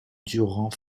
durand